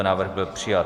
Návrh byl přijat.